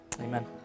Amen